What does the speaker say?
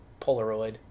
Polaroid